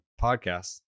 podcast